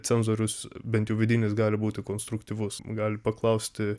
cenzorius bent jau vidinis gali būti konstruktyvus gali paklausti